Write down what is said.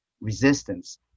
resistance